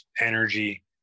energy